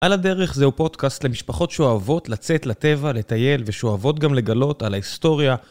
על הדרך זהו פודקאסט למשפחות שאוהבות לצאת לטבע, לטייל, ושאוהבות גם לגלות על ההיסטוריה.